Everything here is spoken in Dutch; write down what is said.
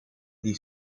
die